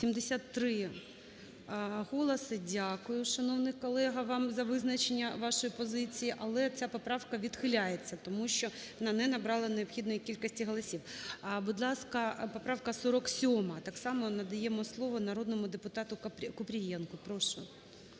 73 голоси. Дякую, шановний колего, вам за визначення вашої позиції, але ця поправка відхиляється, тому що воно не набрала необхідної кількості голосів. Будь ласка, поправка 47, так само надаємо слово народному депутатуКупрієнко, прошу.